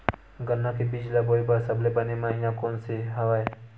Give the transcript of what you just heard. गन्ना के बीज ल बोय बर सबले बने महिना कोन से हवय?